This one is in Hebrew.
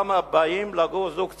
ושם באים לגור זוג צעיר,